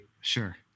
Sure